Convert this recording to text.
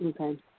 okay